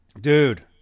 dude